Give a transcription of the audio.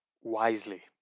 wisely